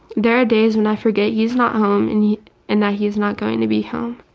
there are days when i forget he's not home and and that he's not going to be home.